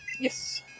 Yes